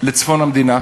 לצפון המדינה,